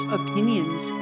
opinions